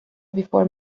before